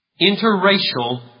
Interracial